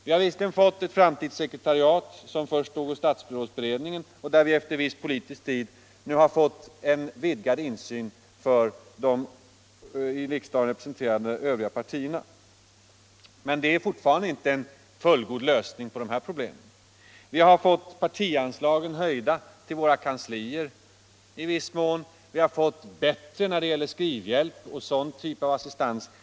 Vi har visserligen fått ett framtidssekretariat, som först låg hos statsrådsberedningen och där vi efter politisk strid nu har fått en vidgad insyn för de i riksdagen representerade övriga partierna. Men det innebär inte någon fullgod lösning av problemet. Vi har fått höjda anslag till våra partikanslier, och vi har fått det bättre när det gäller skrivhjälp och den typen av assistans.